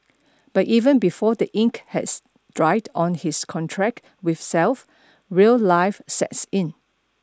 but even before the ink has dried on his contract with self real life sets in